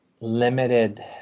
limited